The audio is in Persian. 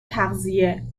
تغذیه